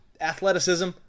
athleticism